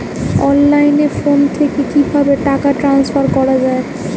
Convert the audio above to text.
অনলাইনে ফোন থেকে কিভাবে টাকা ট্রান্সফার করা হয়?